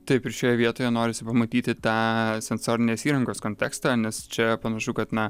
taip ir šioje vietoje norisi pamatyti tą sensorinės įrangos kontekstą nes čia panašu kad na